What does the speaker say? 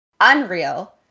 Unreal